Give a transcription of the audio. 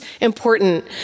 important